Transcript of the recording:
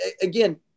again